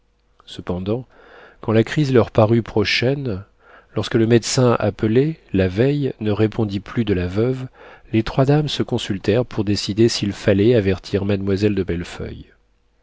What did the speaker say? cependant quand la crise leur parut prochaine lorsque le médecin appelé la veille ne répondit plus de la veuve les trois dames se consultèrent pour décider s'il fallait avertir mademoiselle de bellefeuille françoise